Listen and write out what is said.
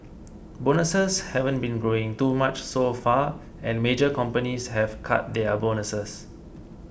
bonuses haven't been growing too much so far and major companies have cut their bonuses